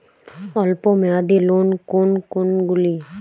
অল্প মেয়াদি লোন কোন কোনগুলি?